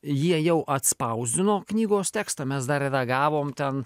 jie jau atspausdino knygos tekstą mes dar redagavom ten